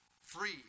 free